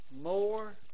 more